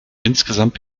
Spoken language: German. insgesamt